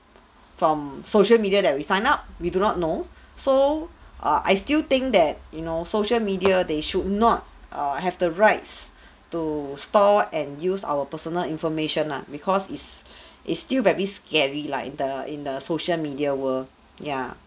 from social media that we sign up we do not know so err I still think that you know social media they should not err have the rights to store and use our personal information lah because is is still very scary like the in the social media world ya